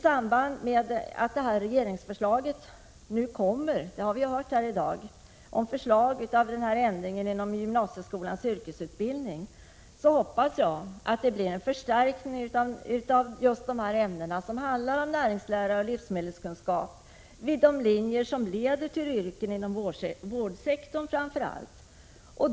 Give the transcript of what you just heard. Jag hoppas att det regeringsförslag om ändring av gymnasieskolans yrkesutbildning vilket vi i dag hört skall läggas fram kommer att innebära en förstärkning av ämnen med inslag av näringslära och livsmedelskunskap, framför allt på de linjer som leder till yrken inom vårdsektorn.